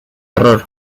error